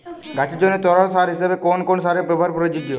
গাছের জন্য তরল সার হিসেবে কোন কোন সারের ব্যাবহার প্রযোজ্য?